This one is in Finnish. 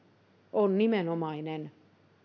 on nimenomainen